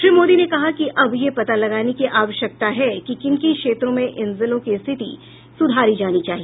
श्री मोदी ने कहा कि अब यह पता लगाने की आवश्यकता है कि किन किन क्षेत्रों में इन जिलों की स्थिति सुधारी जानी चाहिए